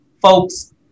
folks